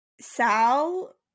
Sal